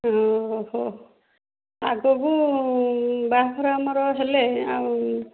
ଆଗକୁ ବାହାଘର ଆମର ହେଲେ ଆଉ